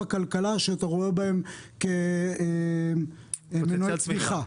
בכלכלה שאתה רואה בהם כמנועי צמיחה?